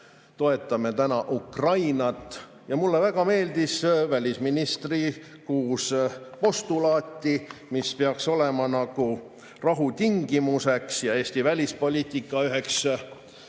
Toetame täna Ukrainat. Mulle väga meeldisid välisministri kuus postulaati, mis peaks olema rahu tingimuseks ja Eesti välispoliitika üheks